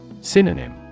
Synonym